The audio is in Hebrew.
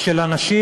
של אנשים,